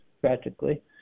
practically